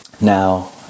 Now